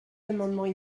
amendements